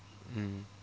mm